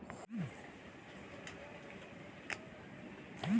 किसान मन ल खरपतवार ले उबरे बर बनेच मेहनत के संग पइसा घलोक खुवार करे बर परथे